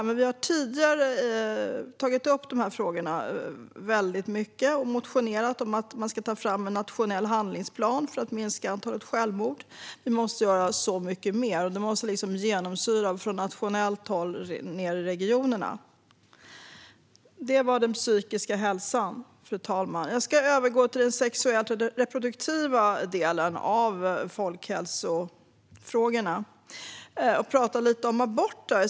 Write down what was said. Men vi har tidigare tagit upp de frågorna väldigt mycket. Vi har motionerat om att man ska ta fram en nationell handlingsplan för att minska antalet självmord. Det måste göras så mycket mer, och det måste genomsyra från nationellt håll ned i regionerna. Fru talman! Det var om den psykiska hälsan. Jag ska övergå till den sexuella och reproduktiva delen av folkhälsofrågorna och prata lite om aborter.